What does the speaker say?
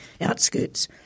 outskirts